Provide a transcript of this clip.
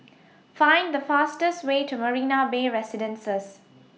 Find The fastest Way to Marina Bay Residences